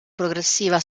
progressiva